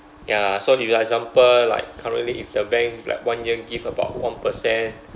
ya so if you example like currently if the bank like one year give about one percent